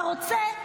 לא תוציא אותו.